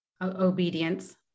obedience